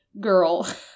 girl